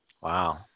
Wow